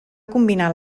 combinar